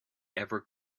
ever